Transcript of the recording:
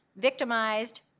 victimized